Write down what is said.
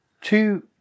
Two